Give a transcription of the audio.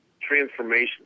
transformation